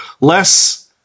less